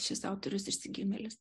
šis autorius išsigimėlis